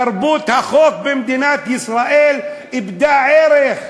תרבות החוק במדינת ישראל איבדה ערך.